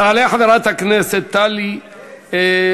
תעלה חברת הכנסת טלי פלוסקוב,